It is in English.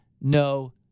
no